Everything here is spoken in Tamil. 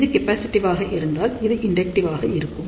இது கேப்பாசிட்டிவ்வாக இருந்தால் இது இண்டக்டிவ்வாக இருக்கும்